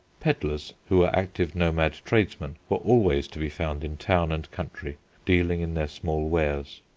pedlars, who were active nomad tradesmen, were always to be found in town and country dealing in their small wares.